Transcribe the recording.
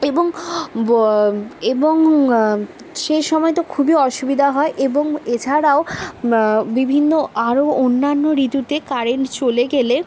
এবং এবং সেই সময় তো খুবই অসুবিধা হয় এবং এছাড়াও বিভিন্ন আরও অন্যান্য ঋতুতে কারেন্ট চলে গেলে